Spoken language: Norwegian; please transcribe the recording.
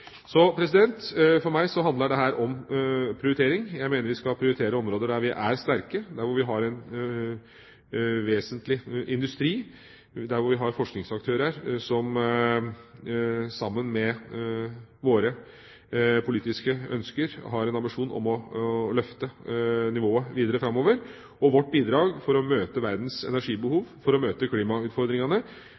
Så for meg handler dette om prioritering. Jeg mener vi skal prioritere områder der vi er sterke, der vi har en vesentlig industri, der vi har forskningsaktører som – sammen med våre politiske ønsker – har en ambisjon om å løfte nivået videre framover. Vårt bidrag for å møte verdens energibehov, for å møte klimautfordringene,